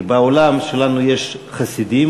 כי בעולם שלנו יש חסידים,